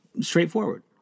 straightforward